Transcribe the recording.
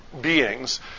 beings